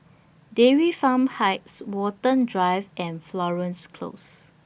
Dairy Farm Heights Watten Drive and Florence Close